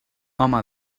home